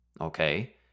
Okay